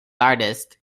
artist